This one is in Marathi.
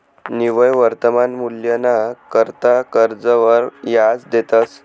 निव्वय वर्तमान मूल्यना करता कर्जवर याज देतंस